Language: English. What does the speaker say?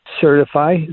certify